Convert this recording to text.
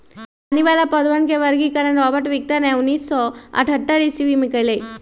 पानी वाला पौधवन के वर्गीकरण रॉबर्ट विटकर ने उन्नीस सौ अथतर ईसवी में कइलय